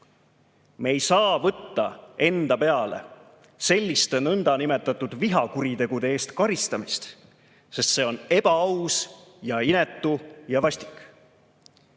Me ei saa võtta enda peale selliste nõndanimetatud vihakuritegude eest karistamist, sest see on ebaaus ja inetu ja vastik.